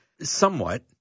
Somewhat